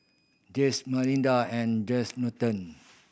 Jesse Malinda and Jesse